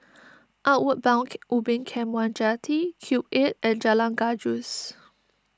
Outward Bound Ubin Camp one Jetty Cube eight and Jalan Gajus